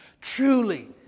truly